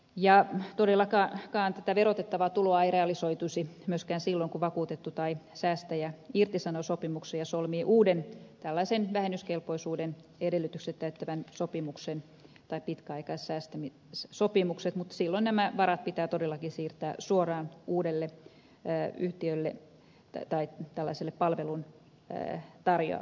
ja todellakaan tätä verotettavaa tuloa ei realisoituisi myöskään silloin kun vakuutettu tai säästäjä irtisanoo sopimuksen ja solmii uuden vähennyskelpoisuuden edellytykset täyttävän sopimuksen tai pitkäaikaissäästämissopimuksen mutta silloin nämä varat pitää todellakin siirtää suoraan uudelle yhtiölle tai tällaiselle palveluntarjoajalle